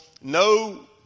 no